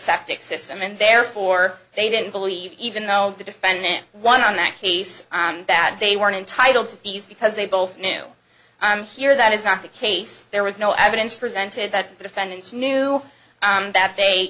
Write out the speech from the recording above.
septic system and therefore they didn't believe even know the defendant won on that case that they weren't entitled to peace because they both know and here that is not the case there was no evidence presented that the defendants knew that they